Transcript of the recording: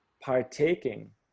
partaking